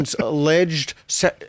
alleged